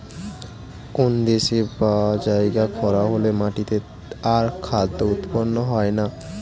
কোন দেশে বা জায়গায় খরা হলে মাটিতে আর খাদ্য উৎপন্ন হয় না